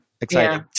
exciting